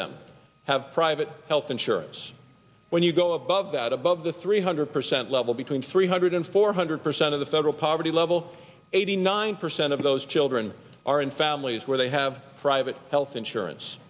them have private health insurance when you go above that above the three hundred percent level between three hundred and four hundred percent of the federal poverty level eighty nine percent of those children are in families where they have private health insurance